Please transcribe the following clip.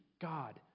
God